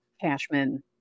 cashman